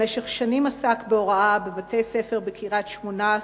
במשך שנים עסק בהוראה בבתי-ספר בקריית-שמונה,